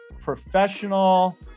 Professional